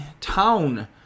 town